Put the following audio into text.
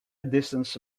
distance